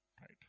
Right